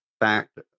fact